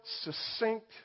succinct